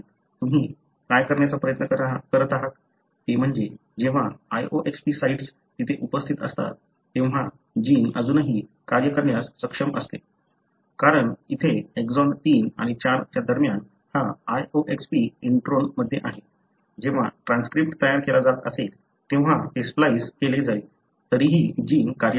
तुम्ही काय करण्याचा प्रयत्न करत आहात ते म्हणजे जेव्हा loxP साइट्स तिथे उपस्थित असतात तेव्हा जीन अजूनही कार्य करण्यास सक्षम असते कारण येथे एक्सॉन 3 आणि 4 च्या दरम्यान हा loxP इंट्रोनमध्ये आहे जेव्हा ट्रान्सक्रिप्ट तयार केला जात असेल तेव्हा ते स्प्लाइस् केले जाईल तरीही जीन कार्यरत आहे